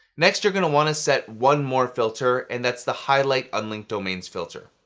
next, you're gonna want to set one more filter and that's the highlight unlinked domains filter.